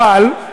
אבל,